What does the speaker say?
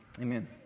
Amen